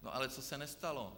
No ale co se nestalo?